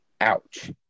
Ouch